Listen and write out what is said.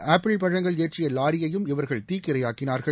apple பழங்கள் ஏற்றிய லாரியையும் இவர்கள் தீக்கு இரையாக்கினா்கள்